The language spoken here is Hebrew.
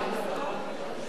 נא לשבת.